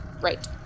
right